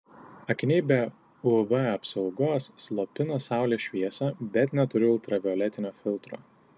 akiniai be uv apsaugos slopina saulės šviesą bet neturi ultravioletinio filtro